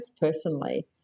personally